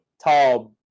tall